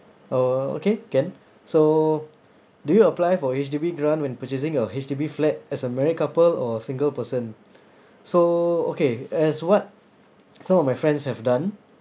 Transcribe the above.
uh okay can so do you apply for H_D_B grant when purchasing a H_D_B flat as a married couple or single person so okay as what some of my friends have done